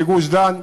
בגוש-דן,